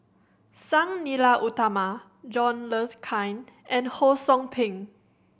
Sang Nila Utama John Le Cain and Ho Sou Ping